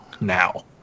now